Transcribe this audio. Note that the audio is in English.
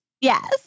yes